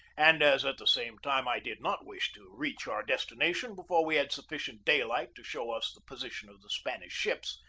and as, at the same time, i did not wish to reach our destination before we had sufficient daylight to show us the position of the spanish ships,